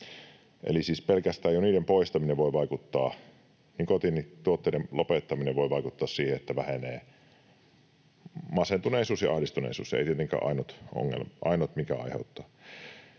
siis pelkästään jo nikotiinituotteiden lopettaminen voi vaikuttaa siihen, että vähenee masentuneisuus ja ahdistuneisuus — se ei ole tietenkään ainut, mikä näitä aiheuttaa.